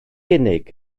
unig